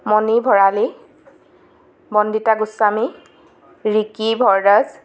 Moni Bharali Bandita Goswami Riki Bharadwaj